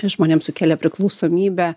žmonėms sukelia priklausomybę